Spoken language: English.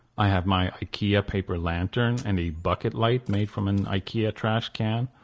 i have my ikea paper lantern and a bucket light made from an ikea trash can.